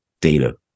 data